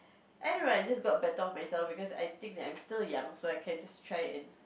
I don't know I just got better of myself because I think that I'm still young so I can just try and